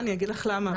אני אגיד לך למה.